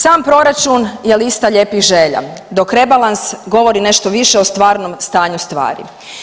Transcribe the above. Sam proračun je lista lijepih želja, dok rebalans govori nešto više o stvarnom stanju stvari.